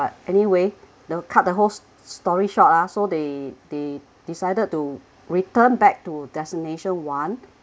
but anyway we'll cut the whole story short lah so they they decided to return back to destination one